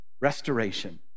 restoration